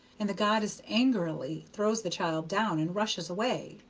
and the goddess angrily throws the child down and rushes away?